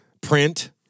print